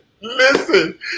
Listen